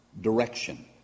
direction